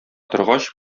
торгач